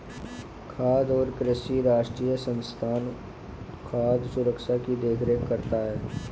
खाद्य और कृषि राष्ट्रीय संस्थान खाद्य सुरक्षा की देख रेख करता है